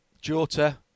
Jota